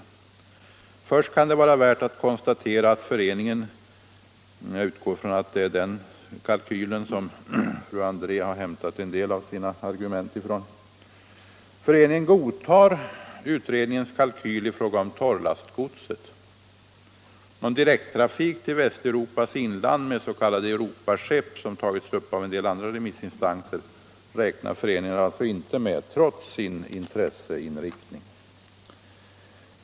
Först kan det vara värt att konstatera att föreningen — jag utgår ifrån att det är den kalkylen som fru André har hämtat en del av sina argument ifrån — godtar utredningens kalkyl i fråga om torrlastgodset. Någon direkttrafik till Västeuropas inland med s.k. Europaskepp, som tagits upp av en del andra remissinstanser, räknar föreningen alltså inte med trots sin intresseinriktning.